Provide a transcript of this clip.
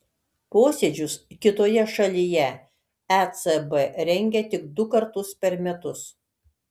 posėdžius kitoje šalyje ecb rengia tik du kartus per metus